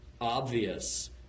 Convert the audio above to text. obvious